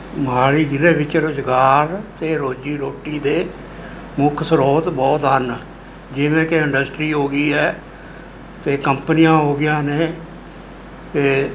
ਮੋਹਾਲੀ ਜ਼ਿਲ੍ਹੇ ਵਿੱਚ ਰੁਜ਼ਗਾਰ ਅਤੇ ਰੋਜ਼ੀ ਰੋਟੀ ਦੇ ਮੁੱਖ ਸਰੋਤ ਬਹੁਤ ਹਨ ਜਿਵੇਂ ਕਿ ਇੰਡਸਟਰੀ ਹੋ ਗਈ ਹੈ ਅਤੇ ਕੰਪਨੀਆਂ ਹੋ ਗਈਆਂ ਨੇ ਅਤੇ